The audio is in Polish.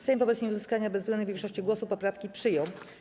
Sejm wobec nieuzyskania bezwzględnej większości głosów poprawki przyjął.